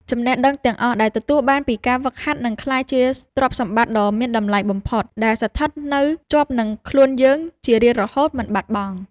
ចំណេះដឹងទាំងអស់ដែលទទួលបានពីការហ្វឹកហាត់នឹងក្លាយជាទ្រព្យសម្បត្តិដ៏មានតម្លៃបំផុតដែលស្ថិតនៅជាប់នឹងខ្លួនយើងជារៀងរហូតមិនបាត់បង់។